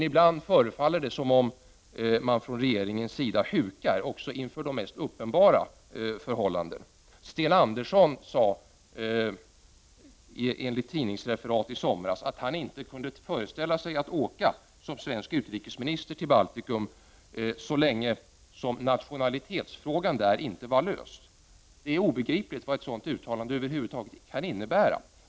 Ibland förefaller det dock som om regeringen hukar också inför de mest uppenbara förhållanden. Sten Andersson sade enligt tidningsreferat i somras att han inte kunde föreställa sig att åka till Baltikum som svensk utrikesminister så länge som nationalitetsfrågan där inte var löst. Det är obegripligt vad ett sådant uttalande över huvud taget kan innebära.